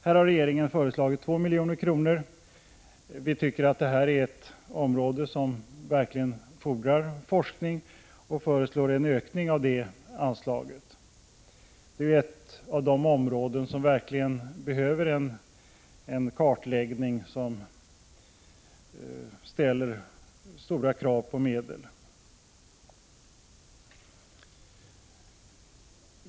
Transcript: Här har regeringen föreslagit 2 milj.kr. Vi tycker att detta är ett område som fordrar forskning och föreslår därför en ökning av detta anslag. Det är ju ett av de områden som verkligen behöver en kartläggning som ställer stora krav på medel.